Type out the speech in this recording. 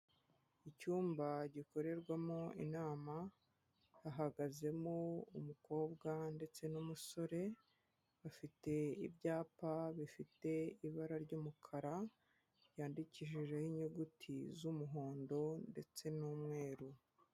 Icyumba gikorerwamo inama, hahagazemo umukobwa ndetse n'umusore, bafite ibyapa bifite ibara ry'umukara, ryandikishijeho inyuguti z'umuhondo ndetse n'umweru.